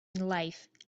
life